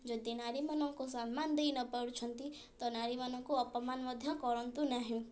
ଯଦି ନାରୀମାନଙ୍କୁ ସମ୍ମାନ ଦେଇନପାରୁଛନ୍ତି ତ ନାରୀମାନଙ୍କୁ ଅପମାନ ମଧ୍ୟ କରନ୍ତୁ ନାହିଁ